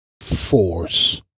force